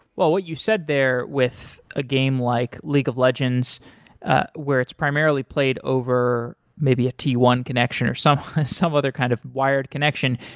what what you said there with a game like league of legends where it's primarily played maybe a t one connection or some some other kind of wired connection,